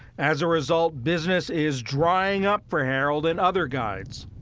as a result, business is drying up for harrold and other guides.